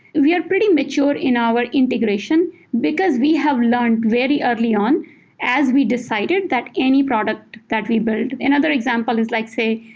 we are pretty mature in our integration because we have learned very early on as we decided that any product that we build another example is like, say,